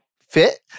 fit